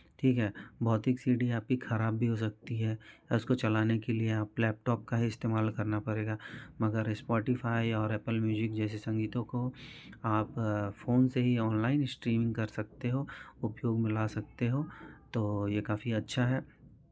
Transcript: ठीक है भौतिक सी डी आपकी खराब भी हो सकती है या उसको चलाने के लिए आप लैपटॉप का ही इस्तेमाल करना पड़ेगा मगर स्पोटीफाई और एप्पल म्यूजिक जैसे संगीतों को आप फोन से ही ऑनलाइन स्ट्रीम कर सकते हो उपयोग में ला सकते हो तो ये काफी अच्छा है